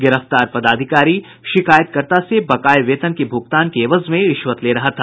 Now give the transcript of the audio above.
गिरफ्तार पदाधिकारी शिकायतकर्ता से बकाये वेतन के भुगतान के एवज में रिश्वत ले रहा था